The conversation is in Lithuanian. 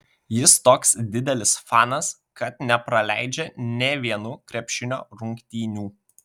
jis toks didelis fanas kad nepraleidžia nė vienų krepšinio rungtynių